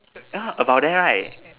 oh about there right